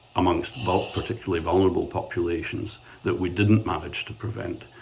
amongst but particularly vulnerable populations that we didn't manage to prevent.